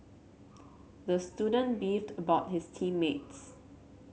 the student beefed about his team mates